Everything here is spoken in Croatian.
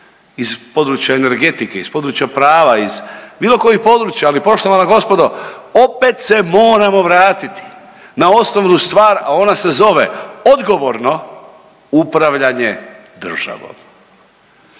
iz područja energetike iz područja prava, bilo kojih područja. Ali poštovana gospodo opet se moramo vratiti na osnovnu stvar, a ona se zove odgovorno upravljanje državom.